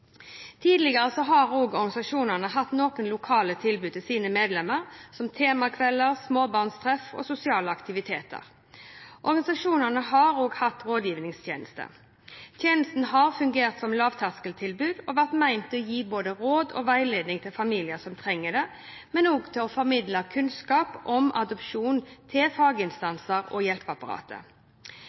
Tidligere har organisasjonene hatt noen lokale tilbud til sine medlemmer, som temakvelder, småbarnstreff og sosiale aktiviteter. Organisasjonene har også hatt rådgivningstjenester. Tjenestene har fungert som lavterskeltilbud og vært ment å gi både råd og veiledning til familier som trenger det, men også å formidle kunnskap om adopsjon til faginstanser og hjelpeapparatet.